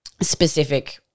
specific